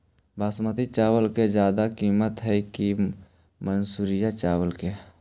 बासमती चावल के ज्यादा किमत है कि मनसुरिया चावल के?